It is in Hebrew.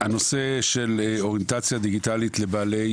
הנושא של אוריינטציה דיגיטלית לבעלי